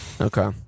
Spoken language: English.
Okay